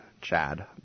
Chad